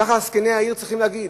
כך זקני העיר צריכים להגיד.